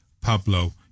Pablo